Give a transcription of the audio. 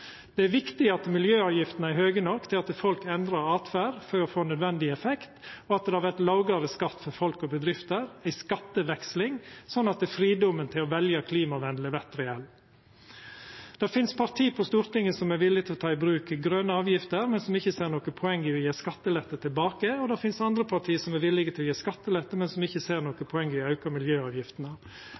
Det er viktig at miljøavgiftene er høge nok til at folk endrar åtferd for å få den nødvendige effekten, og det vert lågare skatt for folk og bedrifter i skatteveksling, slik at fridomen til å velja klimavenleg vert reell. Det finst parti på Stortinget som er villige til å ta i bruk grøne avgifter, men som ikkje ser noko poeng i å gje skattelette tilbake, og det finst andre parti som er villige til å gje skattelette, men som ikkje ser noko poeng i å auka miljøavgiftene.